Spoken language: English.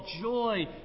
joy